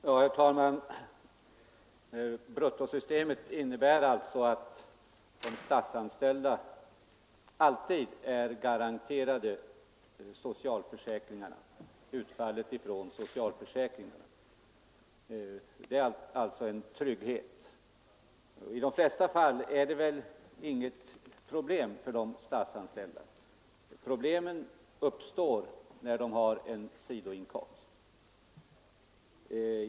Herr talman! Bruttosystemet innebär att de statsanställda alltid är garanterade förmånerna från socialförsäkringarna. Det är en trygghetsfaktor. I de flesta fall medför detta inget problem för de statsanställda. Problemen uppstår när man har en sidoinkomst.